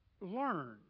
learn